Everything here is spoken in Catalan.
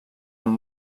amb